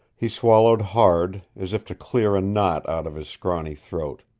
he swallowed hard, as if to clear a knot out of his scrawny throat.